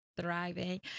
thriving